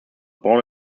born